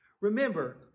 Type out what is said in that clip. Remember